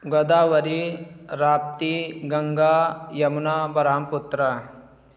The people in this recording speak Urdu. گوداوری راپتی گنگا یمونا برہمپترا